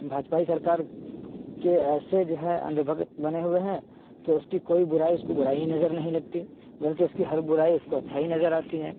بھاجپائی سرکار کے ایسے جو ہے اندھ بھگت بنے ہوئے ہیں کہ اس کی کوئی برائی اس کو برا ہی نظر نہیں لگتی بلکہ اس کی ہر برائی اس کو اچھائی نظر آتی ہے